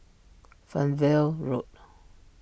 Fernvale Road